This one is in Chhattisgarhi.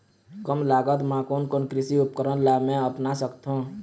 कम लागत मा कोन कोन कृषि उपकरण ला मैं अपना सकथो?